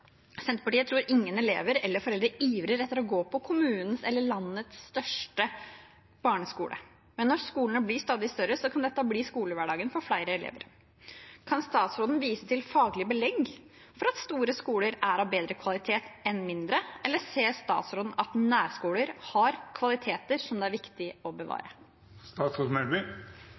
Senterpartiet tror ingen elever eller foreldre ivrer etter å gå på kommunens eller landets største barneskole, men når skolene blir stadig større, kan dette bli skolehverdagen for flere elever. Kan statsråden vise til faglig belegg for at store skoler er av bedre kvalitet enn mindre, eller ser statsråden at nærskoler har kvaliteter det er viktig å